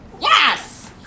Yes